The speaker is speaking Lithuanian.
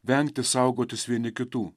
vengti saugotis vieni kitų